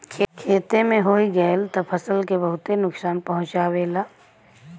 खेते में होई गयल त फसल के बहुते नुकसान पहुंचावेला